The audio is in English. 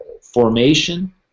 formation